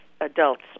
adults